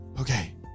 Okay